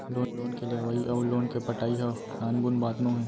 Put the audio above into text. loan के लेवइ अउ लोन के पटाई ह नानमुन बात नोहे